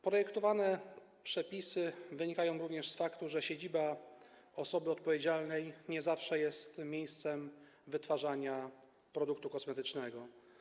Projektowane przepisy wynikają również z faktu, że siedziba osoby odpowiedzialnej nie zawsze jest miejscem wytwarzania produktu kosmetycznego.